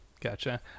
Gotcha